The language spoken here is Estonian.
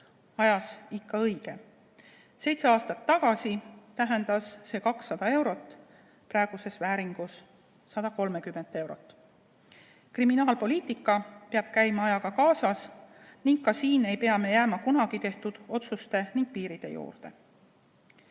praegu ikka õige? Seitse aastat tagasi tähendas see 200 eurot praeguses vääringus 130 eurot. Kriminaalpoliitika peab käima ajaga kaasas ning ka siin ei pea me jääma kunagi tehtud otsuste ning piiride juurde.